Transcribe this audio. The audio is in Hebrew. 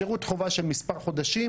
שירות חובה של מספר חודשים